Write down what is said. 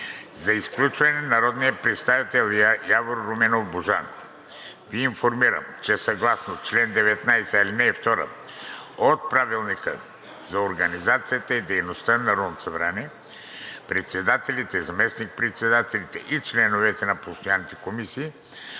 за изключване на народния представител Явор Руменов Божанков Ви информирам, че съгласно чл. 19, ал. 2 от Правилника за организацията и дейността на Народното събрание председателите, заместник-председателите и членовете на постоянните комисии